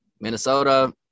Minnesota